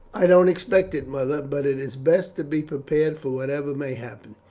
i don't expect it, mother, but it is best to be prepared for whatever may happen.